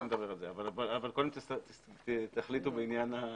תיכף נדבר על זה, אבל קודם תחליטו בעניין הזיקה.